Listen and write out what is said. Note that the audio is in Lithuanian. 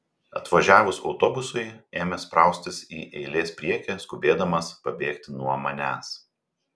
atvažiavus autobusui ėmė spraustis į eilės priekį skubėdamas pabėgti nuo manęs